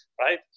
right